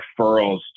referrals